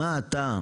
אתה,